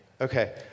Okay